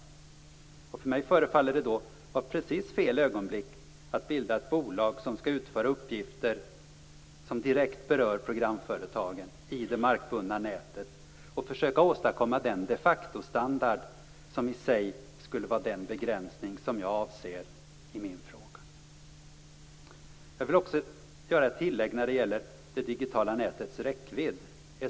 För mig förefaller det som att det är precis fel ögonblick att bilda ett bolag som skall utföra uppgifter som direkt berör programföretagen i det markbundna nätet och försöka åstadkomma den de facto-standard som i sig skulle vara den begränsning som jag avser i min fråga. Jag vill också göra ett tillägg när det gäller det digitala nätets räckvidd.